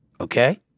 Okay